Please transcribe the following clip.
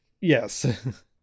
Yes